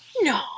No